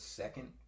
second